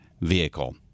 vehicle